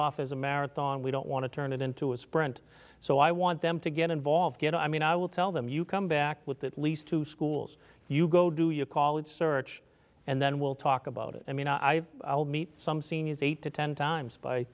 off as a marathon we don't want to turn it into a sprint so i want them to get involved get i mean i will tell them you come back with at least two schools you go do you call it search and then we'll talk about it i mean i meet some seniors eight to ten times by